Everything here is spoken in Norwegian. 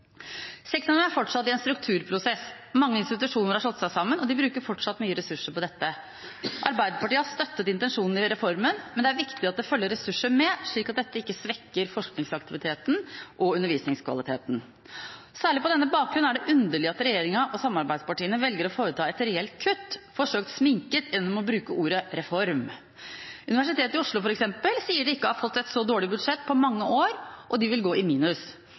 er fortsatt i en strukturprosess. Mange institusjoner har slått seg sammen, og de bruker fortsatt mye ressurser på dette. Arbeiderpartiet har støttet intensjonene i reformen, men det er viktig at det følger ressurser med, slik at dette ikke svekker forskningsaktiviteten og undervisningskvaliteten. Særlig på denne bakgrunn er det underlig at regjeringa og samarbeidspartiene velger å foreta et reelt kutt, forsøkt sminket gjennom å bruke ordet «reform». Universitetet i Oslo, f.eks., sier de ikke har fått et så dårlig budsjett på mange år, og at de vil gå i minus.